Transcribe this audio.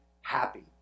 happy